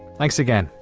thanks again,